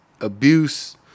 abuse